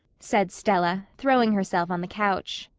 said stella, throwing herself on the couch.